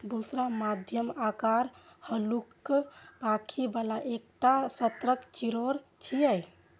बुशरा मध्यम आकारक, हल्लुक पांखि बला एकटा सतर्क चिड़ै छियै